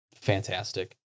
fantastic